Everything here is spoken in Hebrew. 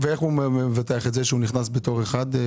ואיך הוא מבטח את זה שהוא נכנס בתור אחד,